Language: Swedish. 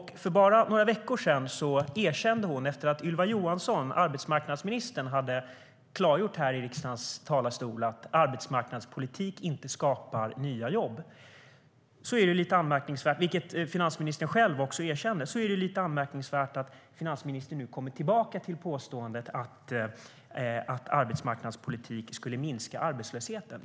Men för bara några veckor sedan erkände hon, efter att Ylva Johansson, arbetsmarknadsministern, hade klargjort det i riksdagens talarstol, att arbetsmarknadspolitik inte skapar nya jobb. Därför är det nu lite anmärkningsvärt att finansministern återigen påstår att arbetsmarknadspolitik skulle minska arbetslösheten.